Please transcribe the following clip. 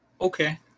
Okay